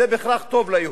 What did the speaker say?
בהכרח טוב ליהודים,